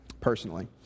personally